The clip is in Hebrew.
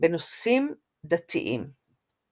בנושאים דתיים דתיים.